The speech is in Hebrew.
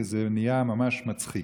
וזה נהיה ממש מצחיק.